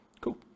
Cool